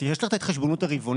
יש לך את ההתחשבנות הרבעונית,